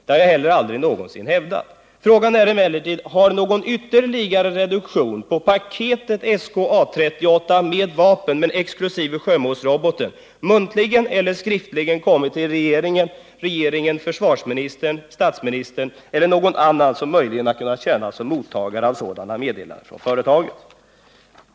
Det har jag heller aldrig någonsin hävdat. Frågan är emellertid: Har något ytterligare erbjudande om reduktion på paketet SK 38/A 38 med vapen, muntligen eller skriftligen kommit till regeringen, försvarsministern, statsministern eller någon annan som möjligen har kunnat tjäna som mottagare av sådana meddelanden från företaget?